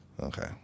Okay